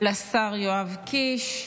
לשר יואב קיש.